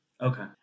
Okay